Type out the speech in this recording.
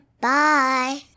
Bye